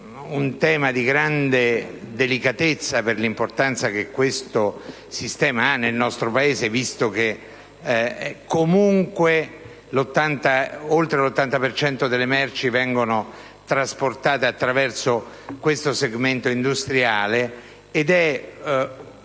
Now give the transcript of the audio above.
un tema di grande delicatezza per l'importanza che questo sistema ha nel nostro Paese, visto che, comunque, oltre l'80 per cento delle merci vengono trasportate attraverso questo segmento industriale.